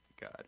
God